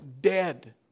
Dead